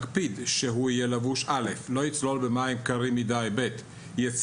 מקפיד שהוא יהיה לבוש; שלא יצלול במים קרים מדי; ושייצא